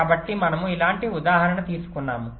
కాబట్టి మనము ఇలాంటి ఉదాహరణ తీసుకున్నాము